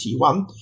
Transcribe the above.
T1